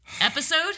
Episode